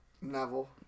Neville